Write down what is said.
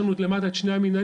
יש לנו למטה את שני המנהלים,